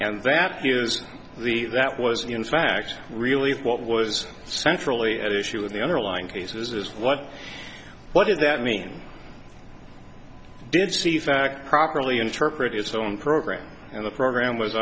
and that is the that was in fact really what was centrally at issue in the underlying case is this what what did that mean did see fact properly interpret its own program and the program was